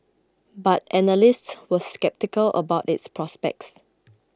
but analysts were sceptical about its prospects